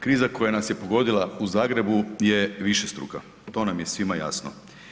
Kriza koja nas je pogodila u Zagrebu je višestruka, to nam je svima jasno.